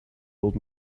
old